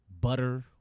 butter